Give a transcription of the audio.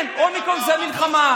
כן, אומיקרון זה מלחמה.